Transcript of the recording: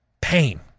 Pain